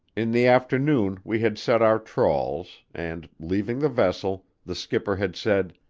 in the afternoon we had set our trawls, and, leaving the vessel, the skipper had said,